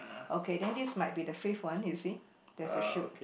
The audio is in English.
okay then this might be the fake one you see there is a shoot